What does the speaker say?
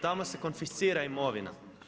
Tamo se konfiscira imovina.